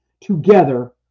together